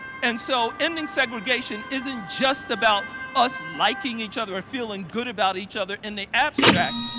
and so ending segregation isn't just about us liking each other or feeling good about each other in the abstract.